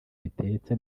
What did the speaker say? bitetse